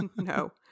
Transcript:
No